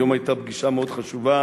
היום היתה פגישה מאוד חשובה